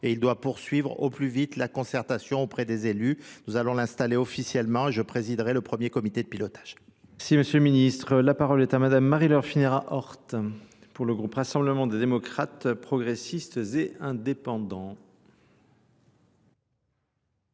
et il doit poursuivre au plus vite la concertation auprès des élus. Nous allons l'installer officiellement et je présiderai le premier comité de pilotage. Merci M. le Ministre. La parole est à Mme Marie-Laure Finérat-Hort pour le groupe rassemblement des démocrates, progressistes et indépendants.